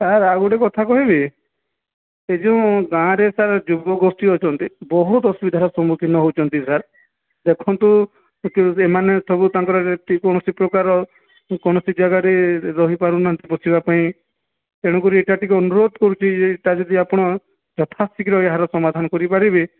sir ଆଉ ଗୋଟେ କଥା କହିବି ଏ ଯେଉଁ ଗାଁରେ ସାର୍ ଯୁବ ଗୋଷ୍ଠୀ ଅଛନ୍ତି ବହୁତ ଅସୁବିଧାର ସମ୍ମୁଖୀନ ହେଉଛନ୍ତି ସାର୍ ଦେଖନ୍ତୁ ଏମାନେ ସବୁ ତାଙ୍କର ଯେକୌଣସି ପ୍ରକାରର କୌଣସି ଜାଗାରେ ରହି ପାରୁନାହାନ୍ତି ବସିବା ପାଇଁ ତେଣୁକରି ଏଟା ଟିକେ ଅନୁରୋଧ କରୁଛି ଯେ ଏଟା ଯଦି ଆପଣ ଯଥାଶୀଘ୍ର ଏହାର ସମାଧାନ କରି ପାରିବେ